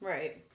Right